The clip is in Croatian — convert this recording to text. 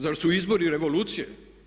Zar su izbori revolucije?